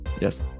Yes